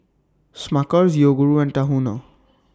Smuckers Yoguru and Tahuna